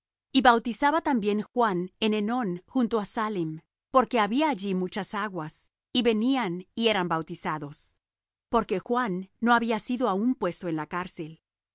y bautizaba también juan en enón junto á salim porque había allí muchas aguas y venían y eran bautizados porque juan no había sido aún puesto en la carcel